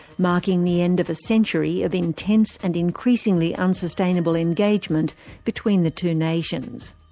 marking the end of a century of intense and increasingly unsustainable engagement between the two nations.